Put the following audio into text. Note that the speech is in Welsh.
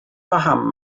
paham